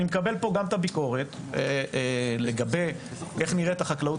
אני מקבל את הביקורת לגבי איך נראית החקלאות